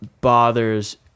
bothers